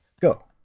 Go